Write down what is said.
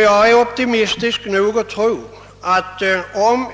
Jag är optimistisk nog att tro att om